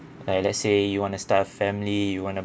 like let's say you want to start a family you want to